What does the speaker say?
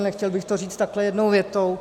Nechtěl bych to říct takhle jednou větou.